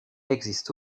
existent